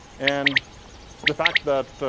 and the fact that